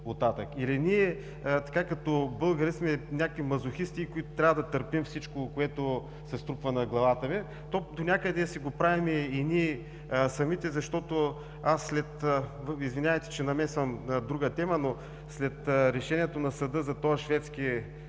Или ние, като българи, сме някакви мазохисти, които трябва да търпим всичко, което се струпва на главите ни. Донякъде си го правим и ние самите, защото аз след – извинявайте, че намесвам друга тема, но след решението на съда за този шведски